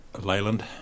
Leyland